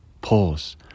pause